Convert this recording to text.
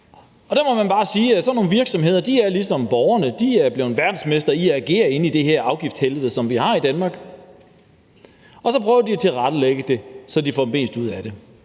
sådan nogle virksomheder er ligesom borgerne: De er blevet verdensmestre i at agere inde i det her afgiftshelvede, som vi har i Danmark, og så prøver de at tilrettelægge det, så de får mest ud af det.